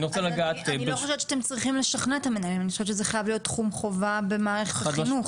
אני חושבת שזה חייב להיות תחום חובה במערכת החינוך,